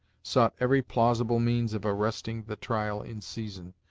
sought every plausible means of arresting the trial in season,